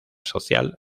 social